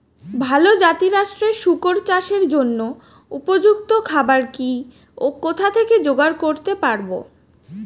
ভালো জাতিরাষ্ট্রের শুকর চাষের জন্য উপযুক্ত খাবার কি ও কোথা থেকে জোগাড় করতে পারব?